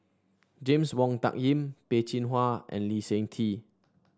James Wong Tuck Yim Peh Chin Hua and Lee Seng Tee